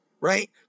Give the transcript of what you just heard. Right